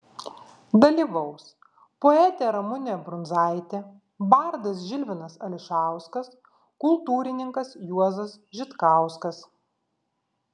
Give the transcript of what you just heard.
dalyvaus poetė ramunė brundzaitė bardas žilvinas ališauskas kultūrininkas juozas žitkauskas